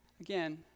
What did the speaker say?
Again